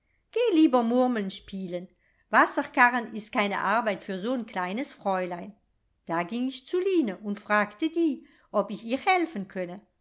geh lieber murmeln spielen wasser karren ist keine arbeit für so'n kleines fräulein da ging ich zu line und fragte die ob ich ihr helfen könne